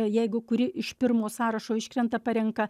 jeigu kuri iš pirmo sąrašo iškrenta parenka